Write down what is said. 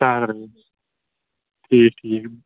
ترٛےٚ ہتھ رۄپیہِ ٹھیٖک ٹھیٖک